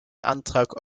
antrag